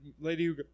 lady